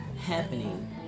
happening